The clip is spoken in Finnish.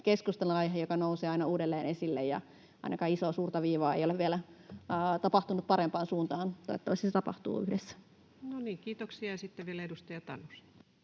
keskustelunaihe, joka nousee aina uudelleen esille, ja ainakaan isoa, suurta viivaa ei ole vielä tapahtunut parempaan suuntaan. Toivottavasti se tapahtuu yhdessä. [Speech 186] Speaker: